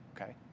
Okay